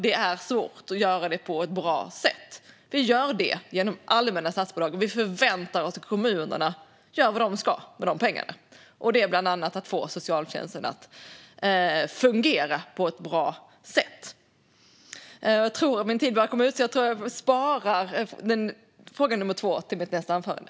Det är svårt att göra detta på ett bra sätt. Vi ger stöd genom allmänna statsbidrag, och vi förväntar oss att kommunerna gör vad de ska med de pengarna. Här ingår bland annat att få socialtjänsten att fungera på ett bra sätt. Min tid börjar ta slut, så jag tror att jag sparar den andra frågan till mitt nästa anförande.